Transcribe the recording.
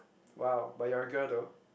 !wow! but you're a girl though